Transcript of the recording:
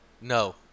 No